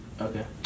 Okay